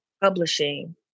publishing